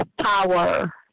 power